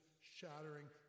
shattering